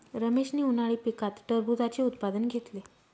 रमेशने उन्हाळी पिकात टरबूजाचे उत्पादन घेतले